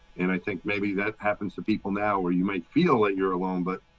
and i think maybe that happens to people now where you might feel that you're alone, but,